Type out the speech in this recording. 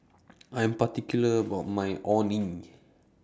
I Am particular about My Orh Nee